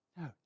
No